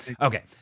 okay